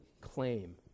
claim